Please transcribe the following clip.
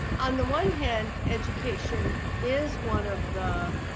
on the one hand, education is one of the